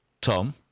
Tom